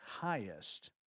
highest